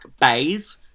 bays